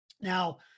Now